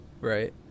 Right